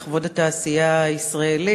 לכבוד התעשייה הישראלית.